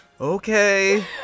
Okay